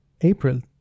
April